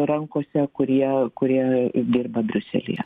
rankose kurie kurie dirba briuselyje